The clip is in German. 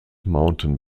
mountain